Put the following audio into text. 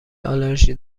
آلرژی